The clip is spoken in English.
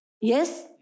Yes